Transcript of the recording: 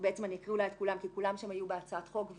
אני אקריא את כולה כי כולם שם היו בהצעת החוק: